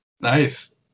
Nice